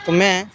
में